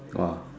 !wah!